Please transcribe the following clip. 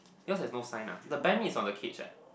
yours has no sign ah the buy me is on the cage ah